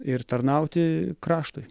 ir tarnauti kraštui